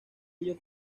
ello